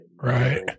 Right